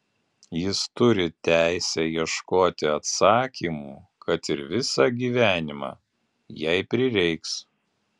jis turi teisę ieškoti atsakymų kad ir visą gyvenimą jei prireiks